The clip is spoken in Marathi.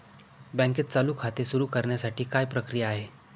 बँकेत चालू खाते सुरु करण्यासाठी काय प्रक्रिया आहे?